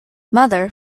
mother